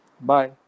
Bye